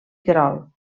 querol